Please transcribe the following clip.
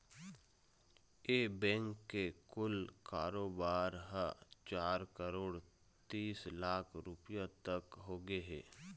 ए bank के कुल कारोबार ह चार करोड़ तीस लाख रूपिया तक होगे हे